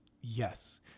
Yes